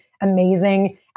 amazing